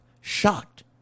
Shocked